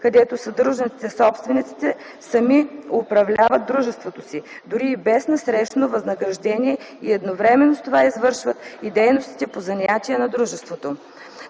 където съдружниците/собствениците сами управляват дружеството си, дори и без насрещно възнаграждение, и едновременно с това извършват и дейностите по занятие на дружеството.